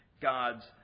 God's